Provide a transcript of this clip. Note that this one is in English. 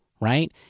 right